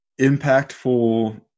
impactful